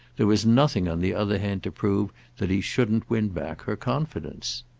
there was nothing on the other hand to prove that he shouldn't win back her confidence.